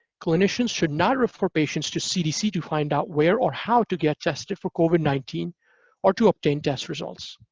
clinicians should not refer patients to cdc to find out where or how to get tested for covid nineteen or to obtain test results.